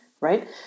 right